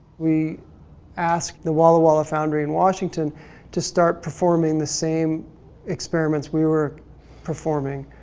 we asked the walla walla foundry in washington to start performing the same experiments we were performing,